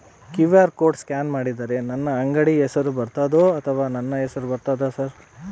QR code scan ಮಾಡಿದರೆ ನನ್ನ ಅಂಗಡಿ ಹೆಸರು ಬರ್ತದೋ ಅಥವಾ ನನ್ನ ಹೆಸರು ಬರ್ತದ ಸರ್?